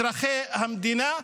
אזרחי המדינה,